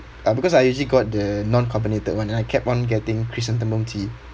ah because I usually got the non-carbonated [one] and I kept on getting chrysanthemum tea